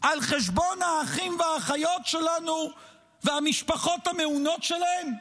על חשבון האחים והאחיות שלנו והמשפחות המעונות שלהם.